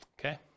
okay